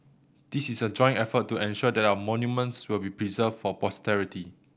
this is a joint effort to ensure that our monuments will be preserved for posterity